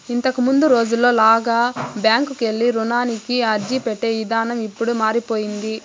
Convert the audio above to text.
ఇంతకముందు రోజుల్లో లాగా బ్యాంకుకెళ్ళి రుణానికి అర్జీపెట్టే ఇదానం ఇప్పుడు మారిపొయ్యింది